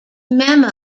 memo